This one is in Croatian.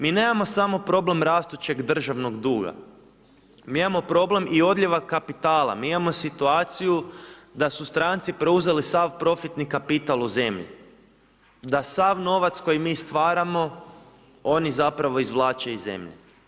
Mi nemamo samo problem rastućeg državnog duga, mi imamo problem i odljeva kapitala, mi imamo situaciju da su stranci preuzeli sav profitni kapital u zemlji, da sav novac koji mi stvaramo, oni zapravo izvlače iz zemlje.